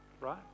Right